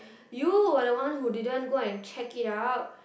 you were the one who didn't go and check it out